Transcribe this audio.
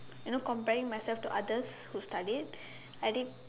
you know comparing myself to others who studied I did